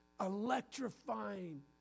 Electrifying